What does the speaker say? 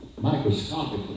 microscopically